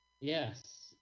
yes